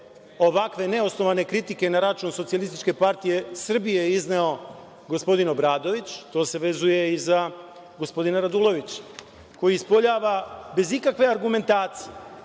ovakve ne osnovane kritike na račun SPS izneo gospodin Obradović, to se vezuje i za gospodina Radulovića, koji ispoljava bez ikakve argumentacije,